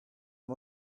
pas